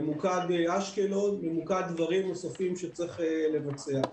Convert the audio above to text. ממוקד אשקלון, ממוקד דברים נוספים שצריך לבצע.